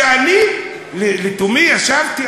ואני לתומי ישבתי,